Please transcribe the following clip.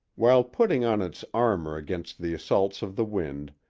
while putting on its armor against the assaults of the wind,